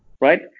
right